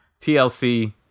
tlc